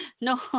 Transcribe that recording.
no